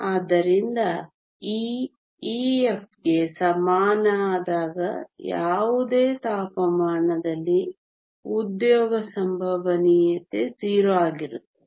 ಆದ್ದರಿಂದ E Ef ಗೆ ಸಮನಾದಾಗ ಯಾವುದೇ ತಾಪಮಾನದಲ್ಲಿ ಉದ್ಯೋಗ ಸಂಭವನೀಯತೆ 0 ಆಗಿರುತ್ತದೆ